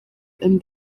and